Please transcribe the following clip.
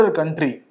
country